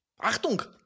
Achtung